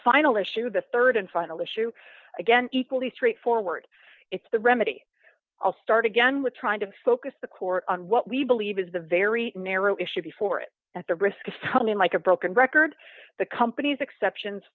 final issue the rd and final issue again equally straightforward it's the remedy i'll start again with trying to focus the court on what we believe is the very narrow issue before it at the risk of sounding like a broken record the company's exceptions